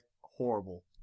horrible